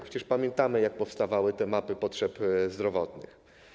Przecież pamiętamy, jak powstawały mapy potrzeb zdrowotnych.